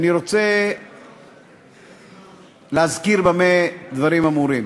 אני רוצה להזכיר במה דברים אמורים.